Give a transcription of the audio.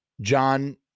john